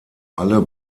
alle